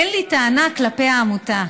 אין לי טענה כלפי העמותה,